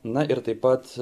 na ir taip pat